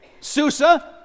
Susa